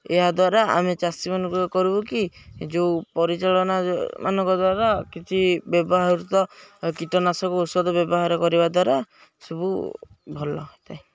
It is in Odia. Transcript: ଏହା ଦ୍ୱାରା ଆମେ ଚାଷୀମାନେ କଁ କରୁକି ଯେଉଁ ପରିଚାଳନାମାନଙ୍କ ଦ୍ୱାରା କିଛି ବ୍ୟବହୃତ କୀଟନାଶକ ଔଷଧ ବ୍ୟବହାର କରିବା ଦ୍ୱାରା ସବୁ ଭଲ ହୋଇଥାଏ